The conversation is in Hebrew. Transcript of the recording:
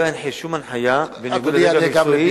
לא אנחה שום הנחיה בניגוד לדרג המקצועי,